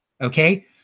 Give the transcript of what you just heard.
Okay